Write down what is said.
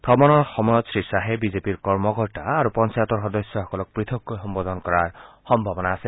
ভ্ৰমণৰ সময়ত শ্ৰীশ্বাহে বিজেপিৰ কৰ্মকৰ্তা আৰু পঞ্চায়তৰ সদস্যসকলক পথককৈ সম্বোধন কৰাৰ সম্ভাৱনা আছে